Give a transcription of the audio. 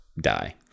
die